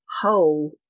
whole